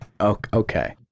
Okay